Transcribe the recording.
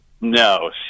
No